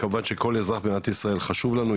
כמובן שכל אזרח במדינת ישראל חשוב לנו,